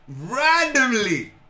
randomly